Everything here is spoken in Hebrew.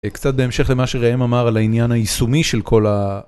קצת בהמשך למה שראם אמר על העניין היישומי של כל ה...